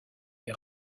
les